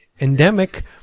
endemic